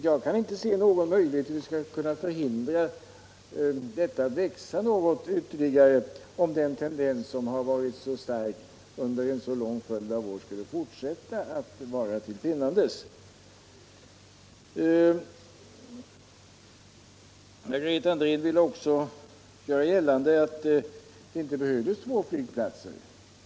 Jag kan inte se hur vi skall kunna förhindra flygresandet att växa ytterligare något, om den tendensen som har varit så stark under en så lång följd av år skulle fortsätta. Margareta Andrén ville också göra gällande att det inte behövs två flygplatser i Stockholmsområdet.